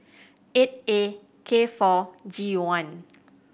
eight A K four G one